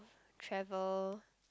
travel